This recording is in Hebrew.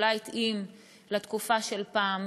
אולי התאים לתקופה של פעם.